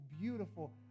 beautiful